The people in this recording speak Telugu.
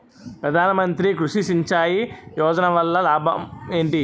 ప్రధాన మంత్రి కృషి సించాయి యోజన వల్ల లాభం ఏంటి?